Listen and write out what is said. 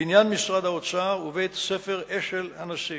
בבניין משרד האוצר ובבית-הספר "אשל הנשיא".